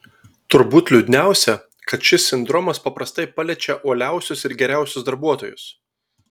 turbūt liūdniausia kad šis sindromas paprastai paliečia uoliausius ir geriausius darbuotojus